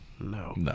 No